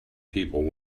people